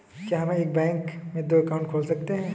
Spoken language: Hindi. क्या हम एक बैंक में दो अकाउंट खोल सकते हैं?